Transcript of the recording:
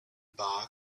bar